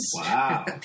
Wow